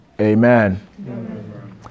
Amen